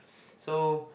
so